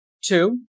Two